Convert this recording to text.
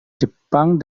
jepang